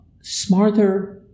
smarter